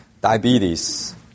diabetes